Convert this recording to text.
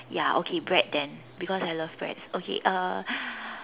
ya okay bread then because I love bread okay uh